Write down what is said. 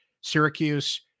Syracuse